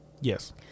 Yes